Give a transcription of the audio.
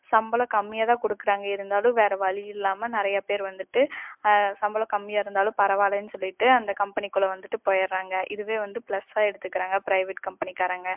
சம்பளம் கம்மியாகதான் கொடுக்கறாங்க இருந்தாலும் வேற வழி இல்லாமல் நிறைய பேர் வந்துட்டு சம்பளம் கம்மியாக இருந்தாலும் பரவாயில்லைனு சொல்லிட்டு அந்த கம்பெனிக்குள்ள வந்துட்டு போயிடுறாங்க இதுவே வந்து ப்ளஸ்ஸாக எடுத்துக்கிறாங்க ப்ரைவேட் கம்பெனிக்காரங்கள்